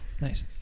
Nice